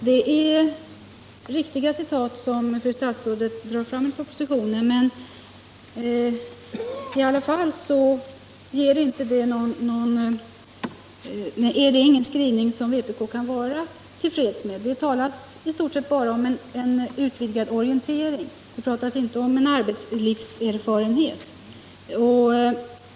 Herr talman! De citat som fru statsrådet anför ur propositionen är riktiga, men vpk kan ändå inte vara till freds med skrivningen i detta avseende. Det talas i stort sett bara om utvidgad orientering, inte om en arbetslivserfarenhet.